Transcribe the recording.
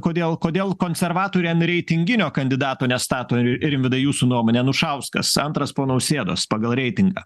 kodėl kodėl konservatoriai ant reitinginio kandidato nestato rimvydai jūsų nuomone anušauskas antras po nausėdos pagal reitingą